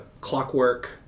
clockwork